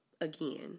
again